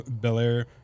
Belair